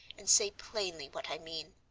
and say plainly what i mean.